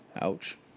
Ouch